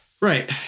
Right